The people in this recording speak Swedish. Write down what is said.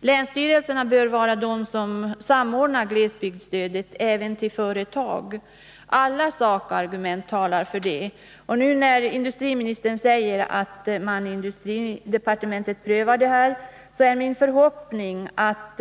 Länsstyrelserna bör vara de som samordnar glesbygdsstödet även till företag. Alla sakargument talar för det. När nu industriministern säger att man i industridepartementet prövar frågan, är min förhoppning att